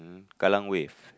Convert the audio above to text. Kallang-Wave